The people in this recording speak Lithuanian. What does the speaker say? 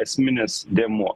esminis dėmuo